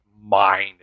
mind